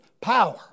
power